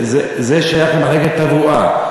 זה שייך למחלקת תברואה.